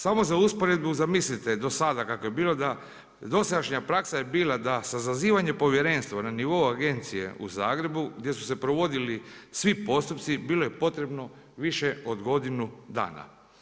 Samo za usporedbu zamislite do sada kako je bilo da dosadašnja praksa je bila za sazivanje povjerenstva na nivou agencije u Zagrebu gdje su se provodili svi postupci bilo je potrebno više od godinu dana.